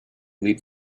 leaped